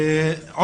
כן.